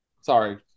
Sorry